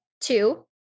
Two